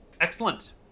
Excellent